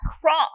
cross